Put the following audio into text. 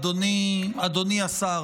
אדוני השר